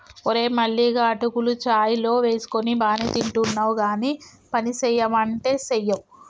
ఓరే మల్లిగా అటుకులు చాయ్ లో వేసుకొని బానే తింటున్నావ్ గానీ పనిసెయ్యమంటే సెయ్యవ్